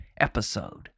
episode